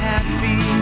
Happy